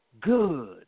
good